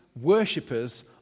worshippers